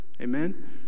amen